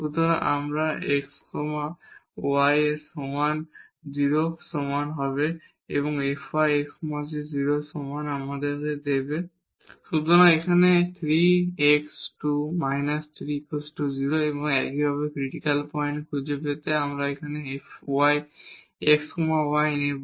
সুতরাং এই fx x y 0 এর সমান এবং fy x y 0 এর সমান আমাদের দেবে সুতরাং এখানে 3 x2−3 0 একইভাবে ক্রিটিকাল পয়েন্ট খুঁজে পেতে যখন আমরা এখানে fy x y নেব